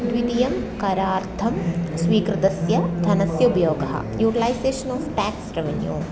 द्वितीयं करार्थं स्वीकृतस्य धनस्य उपयोगः यूटलैज़ेशन् आफ़् टेक्स् रेवेन्यू